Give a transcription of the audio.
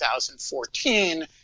2014